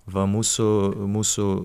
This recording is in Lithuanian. va mūsų mūsų